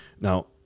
Now